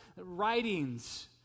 writings